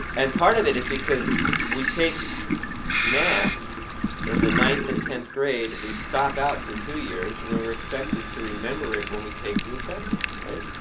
and part of it is because we take math in the ninth and tenth grade. we stop out for two years, and then we're expected to remember it when we take the assessments, right?